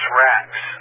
racks